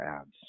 ads